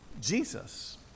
Jesus